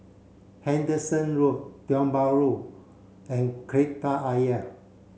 Henderson Road Tiong Bahru and Kreta Ayer